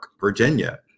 Virginia